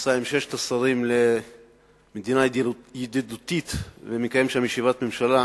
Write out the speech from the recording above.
ונסע עם שישה שרים למדינה ידידותית ומקיים שם ישיבת ממשלה.